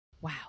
wow